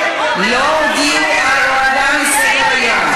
לא הודיעו על הורדה מסדר-היום.